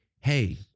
hey